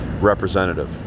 representative